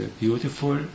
beautiful